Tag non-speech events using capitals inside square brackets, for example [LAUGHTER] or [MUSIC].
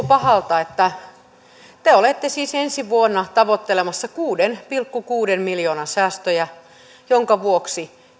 [UNINTELLIGIBLE] pahalta että te olette siis ensi vuonna tavoittelemassa kuuden pilkku kuuden miljoonan säästöjä minkä vuoksi